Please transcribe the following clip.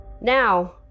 Now